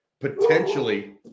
potentially